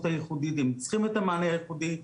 הייחודית והם צריכים את המענה הייחודי וכמובן,